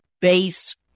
base